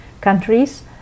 countries